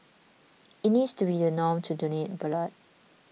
it needs to be the norm to donate blood